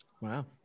Wow